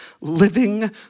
living